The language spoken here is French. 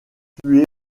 tué